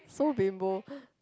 so bimbo